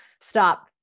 Stop